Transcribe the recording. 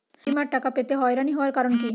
বিমার টাকা পেতে হয়রানি হওয়ার কারণ কি?